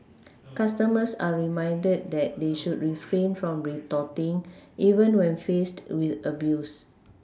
customers are reminded that they should refrain from retorting even when faced with abuse